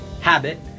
habit